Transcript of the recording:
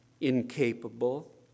incapable